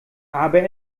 aber